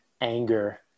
anger